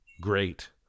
great